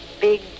big